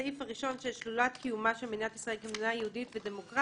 הסעיף הראשון של שלילת קיומה של מדינה ישראל כמדינה יהודית ודמוקרטית.